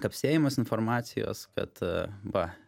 kapsėjimas informacijos kad va